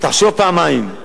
תחשוב פעמיים,